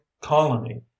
colony